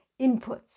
Inputs